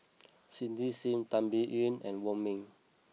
Cindy Sim Tan Biyun and Wong Ming